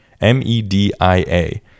M-E-D-I-A